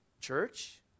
Church